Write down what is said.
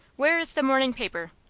where is the morning paper?